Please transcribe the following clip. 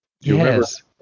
yes